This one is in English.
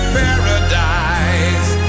paradise